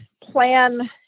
plan